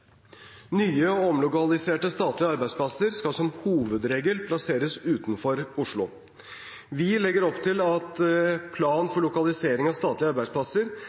Nye og omlokaliserte statlige arbeidsplasser skal som hovedregel plasseres utenfor Oslo. Vi legger opp til at plan for lokalisering av statlige arbeidsplasser